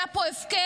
היה פה הפקר,